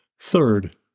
Third